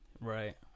right